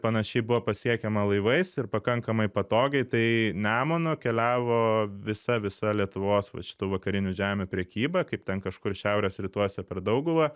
panašiai buvo pasiekiama laivais ir pakankamai patogiai tai nemunu nukeliavo visa visa lietuvos va šitų vakarinių žemių prekyba kaip ten kažkur šiaurės rytuose per dauguvą